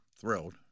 thrilled